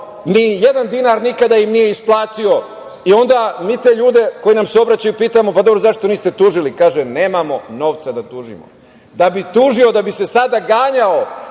ni jedan dinar nikada im nije isplatio i onda mi te ljude koji nam se obraćaju pitamo – pa, dobro, zašto niste tužili? Kažu – nemamo novca da tužimo. Da bi ih tužio, da bi se sada ganjao